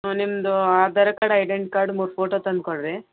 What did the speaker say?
ನಿಮ್ಮದು Aadhaar card identity card ಮೂರು photo ತಂದು ಕೊಡಿರಿ